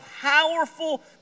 powerful